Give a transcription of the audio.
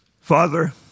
Father